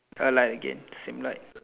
uh light again same light